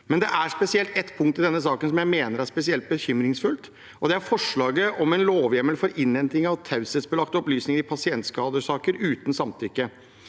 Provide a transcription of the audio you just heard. Men det er ett punkt i denne saken som jeg mener er spesielt bekymringsfullt, og det er forslaget om en lovhjemmel for innhenting av taushetsbelagte opplysninger i pasientskadesaker uten samtykke.